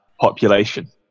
population